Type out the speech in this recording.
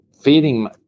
feeding